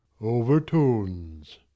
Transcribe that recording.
Overtones